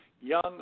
young